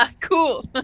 cool